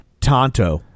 Tonto